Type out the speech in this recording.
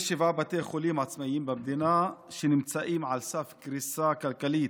יש שבעה בתי חולים עצמאיים במדינה שנמצאים על סף קריסה כלכלית,